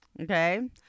okay